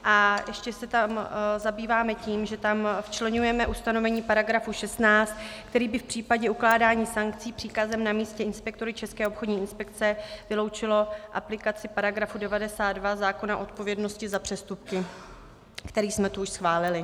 A ještě se tam zabýváme tím, že tam včleňujeme ustanovení § 16, které by v případě ukládání sankcí příkazem na místě inspektory České obchodní inspekce vyloučilo aplikaci § 92 zákona o odpovědnosti za přestupky, který jsme tu už schválili.